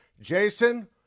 Jason